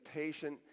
patient